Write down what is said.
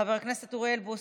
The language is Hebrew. חבר הכנסת אוריאל בוסו,